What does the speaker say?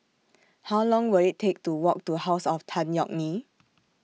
How Long Will IT Take to Walk to House of Tan Yeok Nee